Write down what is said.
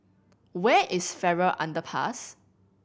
where is Farrer Underpass